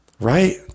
Right